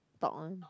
talk one